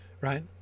right